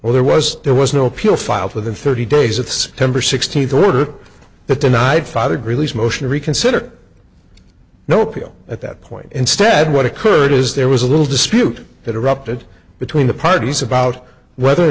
there was there was no appeal filed within thirty days it's temper sixteenth order that denied father greeley's motion to reconsider no appeal at that point instead what occurred is there was a little dispute that erupted between the parties about whether or